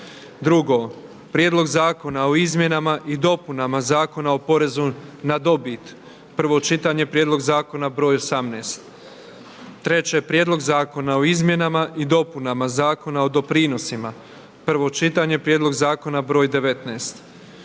28, 2. Prijedlog zakona o izmjenama i dopunama Zakona o porezu na dobit, prvo čitanje, P.Z. broj 18, 3. Prijedlog zakona o izmjenama i dopunama Zakona o doprinosima, prvo čitanje, P.Z. broj 19,